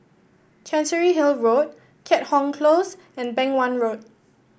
Chancery Hill Road Keat Hong Close and Beng Wan Road